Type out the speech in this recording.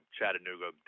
Chattanooga